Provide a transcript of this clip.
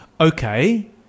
Okay